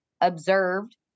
observed